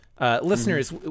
listeners